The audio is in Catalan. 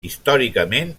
històricament